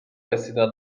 رسیدن